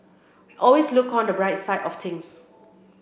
always look on the bright side of things